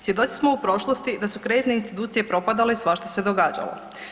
Svjedoci smo u prošlosti da su kreditne institucije propadale i svašta se događalo.